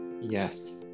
Yes